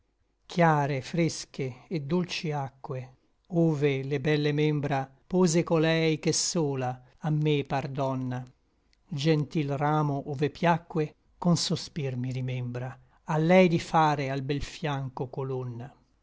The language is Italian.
chiare fresche et dolci acque ove le belle membra pose colei che sola a me par donna gentil ramo ove piacque a lei di fare al bel fiancho colonna